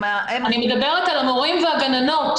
הם ה- -- אני מדברת על המורים והגננות.